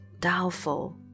doubtful